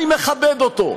אני מכבד אותו.